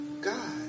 God